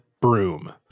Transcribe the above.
broom